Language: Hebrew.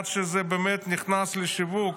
עד שזה באמת נכנס לשיווק,